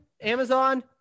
Amazon